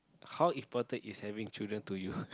how important is have children to you